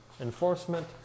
enforcement